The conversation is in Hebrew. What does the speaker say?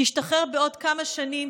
תשתחרר בעוד כמה שנים,